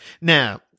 now